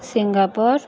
Singapore